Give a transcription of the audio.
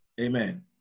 Amen